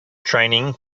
training